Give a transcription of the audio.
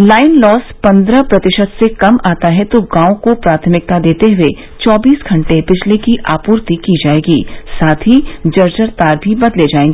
line loss पंद्रह प्रतिशत से कम आता है तो गांव को प्राथमिकता देते हुए चौबीस घंटे बिजली की आपूर्ति की जाएगी साथ ही जर्जर तार भी बदले जाएंगे